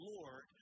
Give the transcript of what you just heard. Lord